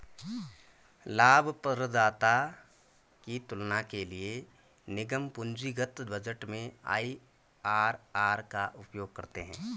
लाभप्रदाता की तुलना के लिए निगम पूंजीगत बजट में आई.आर.आर का उपयोग करते हैं